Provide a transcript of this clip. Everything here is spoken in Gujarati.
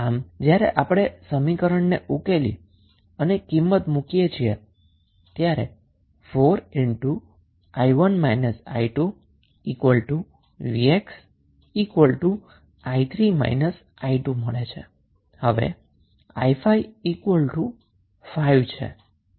આમ જ્યારે આપણે 4 vx i3 i2 વેલ્યુ મુકીને સમીકરણને ઉકેલીએ છીએ